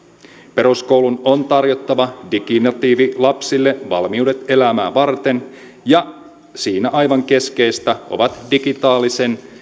peruskoulun on tarjottava diginatiivilapsille valmiudet elämää varten ja siinä aivan keskeistä ovat digitaalisen